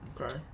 Okay